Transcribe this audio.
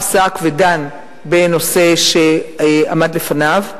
פסק ודן בנושא שעמד בפניו.